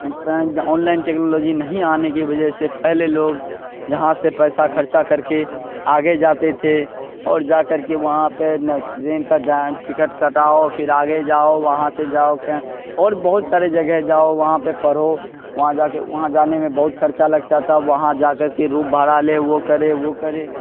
on line technology نہیں آنے کی وجہ سے پہلے لوگ یہاں سے پیسہ خرچہ کر کے آگے جاتے تھے اور جا کر کے وہاں پہ نہ ٹرین کا ٹکٹ کٹاؤ پھر آگے جاؤ وہاں سے جاؤ اور بہت سارے جگہ جاؤ وہ پہ پڑھو وہاں جا کے وہاں جانے میں بہت خرچہ لگتا تھا وہاں جا کر کے روم بھاڑا لے وہ کرے وہ کرے